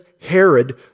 Herod